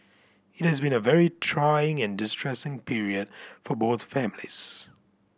it has been a very trying and distressing period for both families